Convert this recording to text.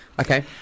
Okay